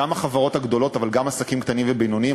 גם לחברות הגדולות אבל גם לעסקים קטנים ובינוניים.